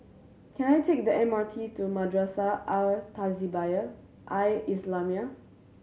can I take the M R T to Madrasah Al Tahzibiah Al Islamiah